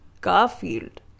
Garfield